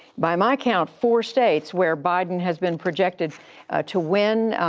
by my count, four states where biden has been projected to win,